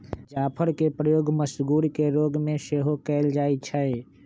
जाफरके प्रयोग मसगुर के रोग में सेहो कयल जाइ छइ